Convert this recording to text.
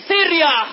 Syria